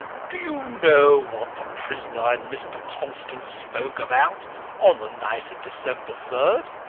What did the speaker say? do you know what the prisoner and mr. constant spoke about on the night of december third?